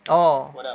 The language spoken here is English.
orh